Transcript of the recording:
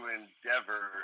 endeavor